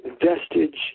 vestige